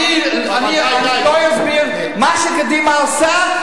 ואני לא אסביר מה שקדימה הרסה,